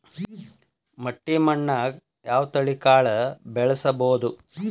ಮಟ್ಟಿ ಮಣ್ಣಾಗ್, ಯಾವ ತಳಿ ಕಾಳ ಬೆಳ್ಸಬೋದು?